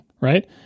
Right